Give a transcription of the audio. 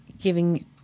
giving